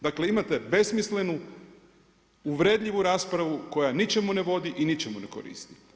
Dakle imate besmislenu, uvredljivu raspravu koja ničemu ne vodi i ničemu ne koristi.